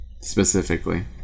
specifically